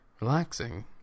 relaxing